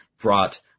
brought